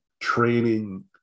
training